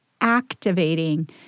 activating